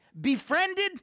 befriended